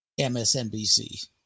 MSNBC